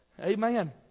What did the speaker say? Amen